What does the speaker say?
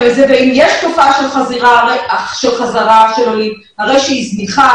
יש תופעה של חזרה של עולים הרי שהיא זניחה,